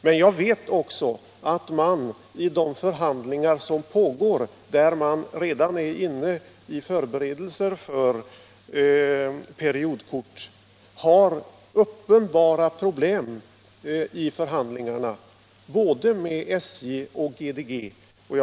Men jag vet också att man i de förhandlingar som pågår — man håller redan på med förberedelser för periodkort — har uppenbara problem både med SJ och med GDG.